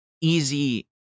easy